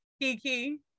Kiki